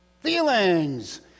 Feelings